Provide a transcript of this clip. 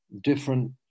different